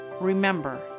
Remember